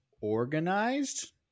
organized